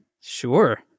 Sure